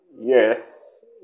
Yes